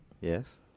Yes